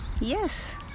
Yes